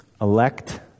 elect